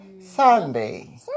Sunday